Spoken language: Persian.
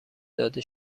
داده